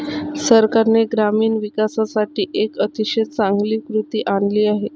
सरकारने ग्रामीण विकासासाठी एक अतिशय चांगली कृती आणली आहे